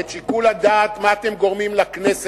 את שיקול הדעת מה אתם גורמים לכנסת,